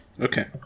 Okay